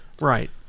Right